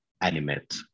animate